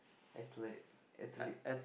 athletic athletic